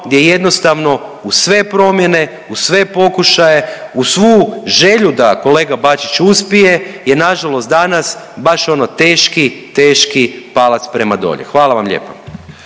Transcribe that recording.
gdje jednostavno uz sve promjene, uz sve pokušaje, uz svu želju da kolega Bačić uspije je nažalost danas baš ono teški, teški palac prema dolje. Hvala vam lijepa.